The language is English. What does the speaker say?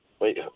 Wait